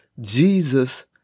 Jesus